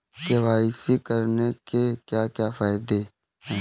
KYC करने के क्या क्या फायदे हैं?